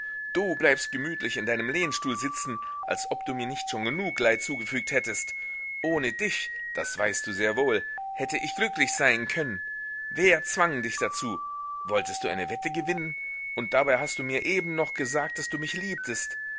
du bleibst gemütlich in deinem lehnstuhl sitzen als ob du mir nicht schon genug leid zugefügt hättest ohne dich das weißt du sehr wohl hätte ich glücklich sein können wer zwang dich dazu wolltest du eine wette gewinnen und dabei hast du mir eben noch gesagt daß du mich liebtest